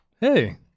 Hey